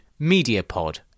MEDIAPOD